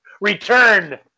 Return